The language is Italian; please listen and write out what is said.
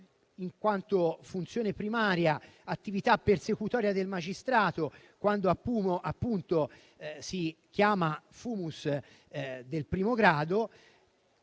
in quanto funzione primaria - attività persecutoria del magistrato, quando appunto si chiama *fumus* di primo grado,